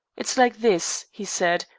it's like this, he said,